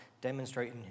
demonstrating